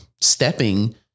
stepping